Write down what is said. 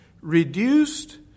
reduced